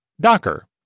Docker